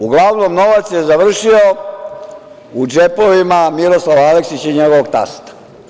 Uglavnom, novac je završio u džepovima Miroslava Aleksića i njegovog tasta.